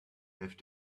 have